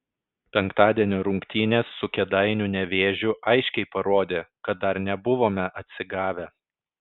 penktadienio rungtynės su kėdainių nevėžiu aiškiai parodė kad dar nebuvome atsigavę